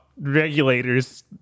regulators